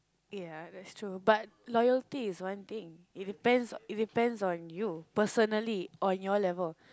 ya that's true but loyalty is one thing it depends it depends on you personally on your level